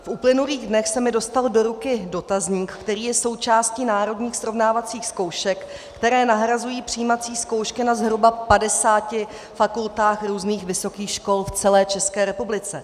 V uplynulých dnech se mi dostal do ruky dotazník, který je součástí národních srovnávacích zkoušek, které nahrazují přijímací zkoušky na zhruba padesáti fakultách různých vysokých škol v celé České republice.